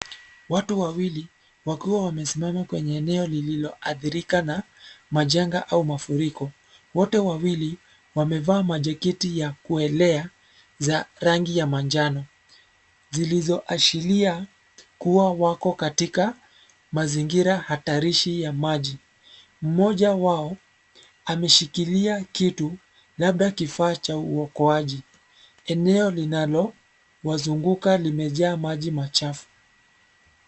Watu wawili wakiwa wamesimama kwenye eneo lililoadhirika na majanga au mafuriko . Wote wawili wamevaa majaketi ya kuelea za rangi ya manjano, zilizoashiria kuwa wako katika mazingira hatarishi ya maji. Mmoja wao ameshikilia kitu labda kifaa cha uokoaji. Eneo linalowazunguka limejaa maji machafu.